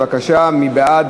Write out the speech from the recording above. בבקשה, מי בעד?